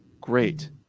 Great